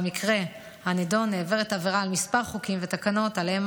במקרה הנדון נעברת עבירה על כמה חוקים ותקנות שעליהם